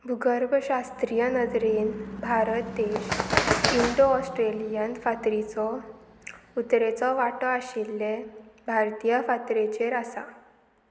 गर्भशास्त्रीय नदरेन भारत देश Indo Australian फातरीचो उत्तरेचो वांटो आशिल्ले भारतीय फातरेचेर आसा